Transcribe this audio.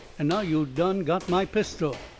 and now yo' done got my pistol.